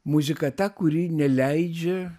muzika ta kuri neleidžia